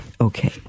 Okay